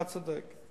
אתה צודק.